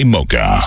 Mocha